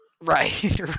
Right